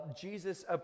Jesus